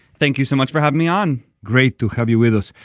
thank you so much for having me on. great to have you with us.